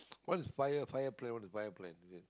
what is five year five year plan what is five plan